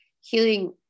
healing